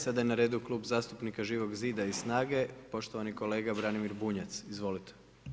Sada je na redu Klub zastupnika Živog zida i SNAGA-e, poštovani kolega Branimir Bunjac, izvolite.